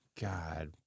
God